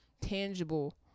tangible